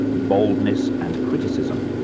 boldness and criticism.